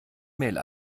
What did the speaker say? mail